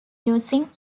using